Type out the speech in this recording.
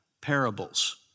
parables